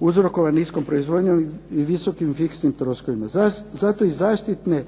uzrokovane niskom proizvodnjom i visokim fiksnim troškovima. Zato i zaštitne